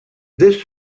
this